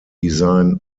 design